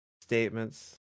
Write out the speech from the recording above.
statements